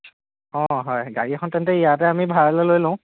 অঁ হয় গাড়ী এখন তেন্তে ইয়াতে আমি ভাড়ালৈ লৈ লওঁ